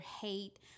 hate